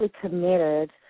committed